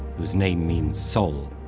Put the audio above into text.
whose name means soul,